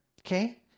Okay